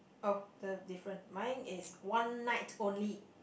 oh the different mine is one night only